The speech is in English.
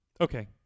Okay